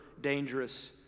dangerous